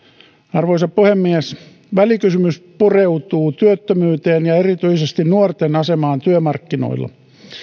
arvoisa puhemies välikysymys pureutuu työttömyyteen ja erityisesti nuorten asemaan työmarkkinoilla